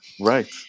Right